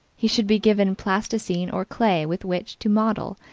he should be given plasticine or clay with which to model,